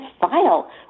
file